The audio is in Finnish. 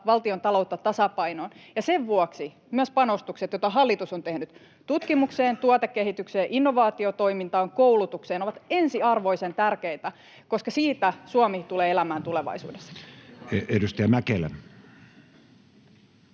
valtiontaloutta tasapainoon, ja sen vuoksi myös panostukset, joita hallitus on tehnyt tutkimukseen, tuotekehitykseen, innovaatiotoimintaan ja koulutukseen, ovat ensiarvoisen tärkeitä, koska siitä Suomi tulee elämään tulevaisuudessa. [Speech